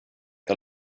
the